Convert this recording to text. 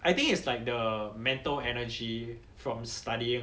I think it's like the mental energy from study